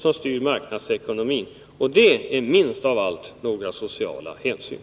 Och den präglas minst av allt av några sociala hänsyn.